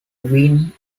win